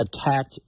attacked